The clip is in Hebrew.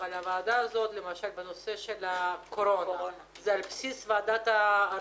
אבל הוועדה הזאת למשל בנושא של הקורונה זה על בסיס ועדת העבודה,